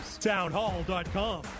Townhall.com